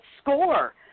score